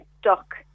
stuck